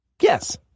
Yes